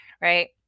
right